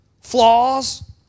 flaws